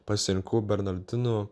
pasirinkau bernardinų